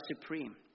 supreme